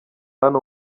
hano